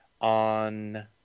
on